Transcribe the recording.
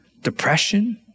depression